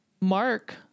Mark